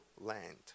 land